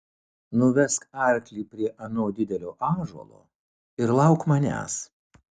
nuvesk arklį prie ano didelio ąžuolo ir lauk manęs